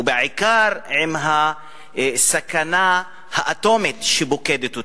ובעיקר עם הסכנה האטומית שפוקדת אותה.